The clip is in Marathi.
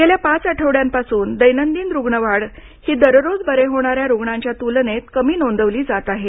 गेल्या पाच आठवड्यांपासून दैनदिन रुग्णवाढ ही दर रोज बरे होणाऱ्या रुग्णांच्या तुलनेत कमी नोंदवली जात आहे